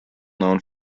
known